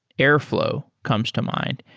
airflow comes to mind.